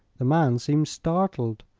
the man seemed startled.